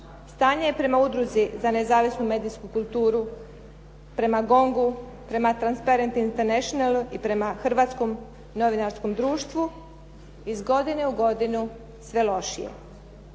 Stanje je prema Udruzi za nezavisnu medijsku kulturu prema "Gongu", prema "Transparency Internationalu" i prema Hrvatskom novinarskom društvu iz godine u godinu sve lošije.